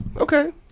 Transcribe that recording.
okay